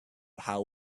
how